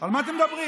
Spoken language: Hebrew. על מה אתם מדברים?